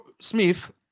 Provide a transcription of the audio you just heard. Smith